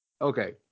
Okay